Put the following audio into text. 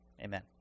Amen